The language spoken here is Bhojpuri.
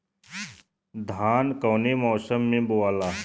धान कौने मौसम मे बोआला?